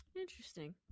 interesting